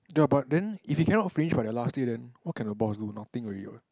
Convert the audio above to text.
ya but then if he cannot finish by the last day then what can the boss do nothing already what